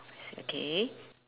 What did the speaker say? okay